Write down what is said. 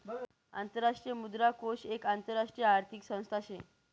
आंतरराष्ट्रीय मुद्रा कोष एक आंतरराष्ट्रीय आर्थिक संस्था शे